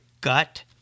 gut